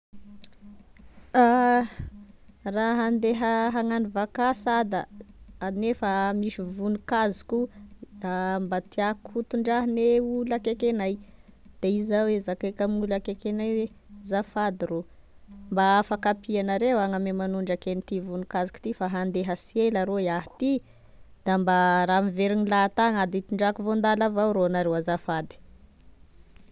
Raha andeha hagnano vakansy a da nefa misy voninkazoko mba tiàko hotondrahane olo akaiky anay da izao e zakaiko ame olo akaiky anay hoe zafady rô mba afaka ampianareo ah gn'ame magnondraky an'ity voninkazoko ty fa handeha sela rô iaho ty de mba raha miveriny lahatagny a da hitondrako voandala avao rô nareo zafady.